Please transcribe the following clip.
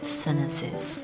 sentences